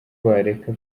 bareka